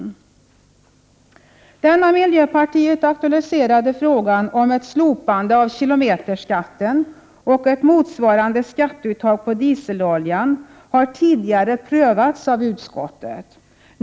Den av miljöpartiet aktualiserade frågan om ett slopande av kilometerskatten och ett motsvarande skatteuttag på dieseloljan har tidigare prövats av utskottet.